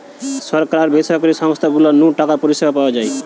সরকার আর বেসরকারি সংস্থা গুলা নু টাকার পরিষেবা পাওয়া যায়